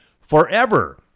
forever